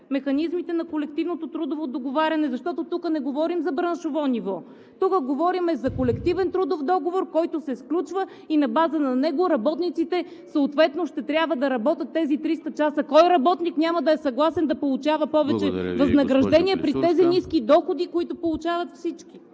механизмите на колективното трудово договаряне, защото тук не говорим за браншово ниво, тук говорим за колективен трудов договор, който се сключва, и на базата на него работниците съответно ще трябва да работят тези 300 часа. Кой работник няма да е съгласен да получава повече възнаграждение… ПРЕДСЕДАТЕЛ ЕМИЛ ХРИСТОВ: Благодаря Ви,